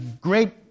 great